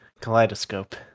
Kaleidoscope